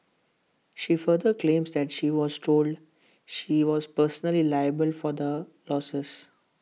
she further claims that she was told she was personally liable for the losses